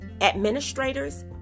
administrators